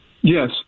Yes